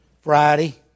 Friday